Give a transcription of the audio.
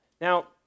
Now